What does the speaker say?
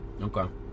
Okay